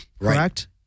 correct